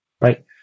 right